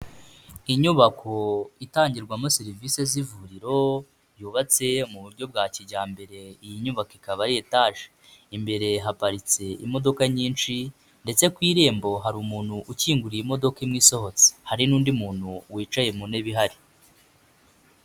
Inyubako itangirwamo serivise z'ivuriro yubatse mu buryo bwa kijyambere, iyi nyubako ikaba ari etaje. Imbere haparitse imodoka nyinshi ndetse ku irembo hari umuntu ukinguriye imodoka imwe isohotse, hari n'undi muntu wicaye mu ntebe ihari.